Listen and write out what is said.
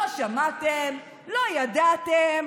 לא שמעתם, לא ידעתם.